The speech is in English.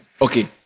Okay